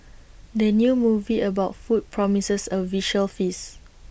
the new movie about food promises A visual feast